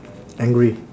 angry